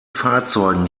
fahrzeugen